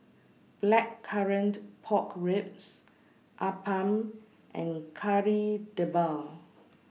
Blackcurrant Pork Ribs Appam and Kari Debal